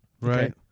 right